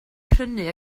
prynu